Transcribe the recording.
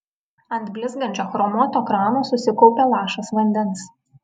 ant blizgančio chromuoto krano susikaupė lašas vandens